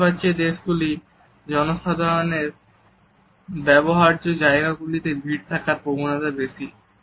মধ্যপ্রাচ্যের দেশগুলিতে জনসাধারণের ব্যবহার্য জায়গাগুলিতে ভীড় থাকার প্রবণতা বেশি